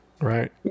Right